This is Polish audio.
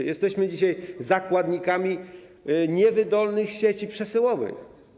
Jesteśmy dzisiaj zakładnikami niewydolnych sieci przesyłowych.